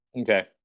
Okay